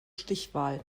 stichwahl